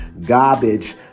garbage